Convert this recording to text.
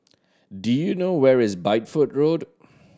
do you know where is Bideford Road